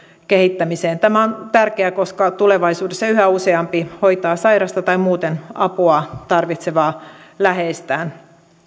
kehittämiseen tämä on tärkeää koska tulevaisuudessa yhä useampi hoitaa sairasta tai muuten apua tarvitsevaa läheistään